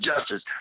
Justice